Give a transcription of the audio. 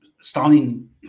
Stalin